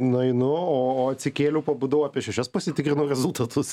nueinu o o atsikėliau pabudau apie šešias pasitikrinau rezultatus